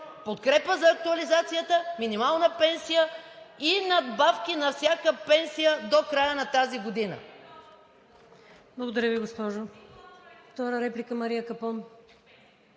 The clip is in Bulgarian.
подкрепа за актуализацията, минимална пенсия и надбавки за всяка пенсия до края на тази година.